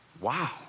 wow